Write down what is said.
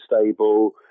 stable